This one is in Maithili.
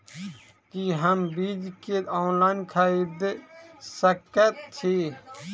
की हम बीज केँ ऑनलाइन खरीदै सकैत छी?